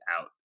out